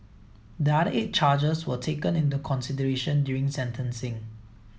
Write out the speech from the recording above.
the other eight charges were taken into consideration during sentencing